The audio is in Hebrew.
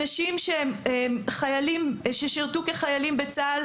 אנשים ששירותו כחיילים בצה"ל,